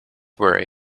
worry